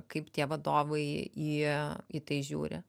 kaip tie vadovai į į tai žiūri